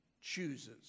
chooses